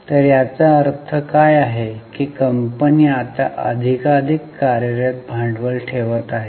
तर याचा अर्थ काय आहे की कंपनी आता अधिकाधिक कार्यरत भांडवल ठेवत आहे